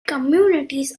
communities